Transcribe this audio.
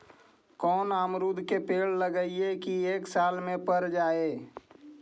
कोन अमरुद के पेड़ लगइयै कि एक साल में पर जाएं?